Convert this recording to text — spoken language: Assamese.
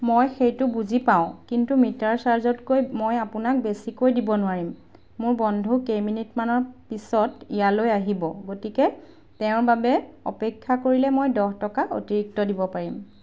মই সেইটো বুজি পাওঁ কিন্তু মিটাৰ চাৰ্জতকৈ মই আপোনাক বেছিকৈ দিব নোৱাৰিম মোৰ বন্ধু কেইমিনিটমানৰ পিছত ইয়ালৈ আহিব গতিকে তেওঁৰ বাবে অপেক্ষা কৰিলে মই দহ টকা অতিৰিক্ত দিব পাৰিম